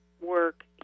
work